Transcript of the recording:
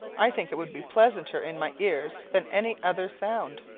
i think it would be pleasanter in my ears than any other sound.